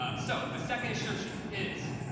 ah so, the second assertion is,